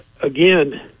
again